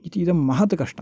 इति इदं महत् कष्टम्